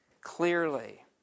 clearly